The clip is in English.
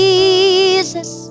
Jesus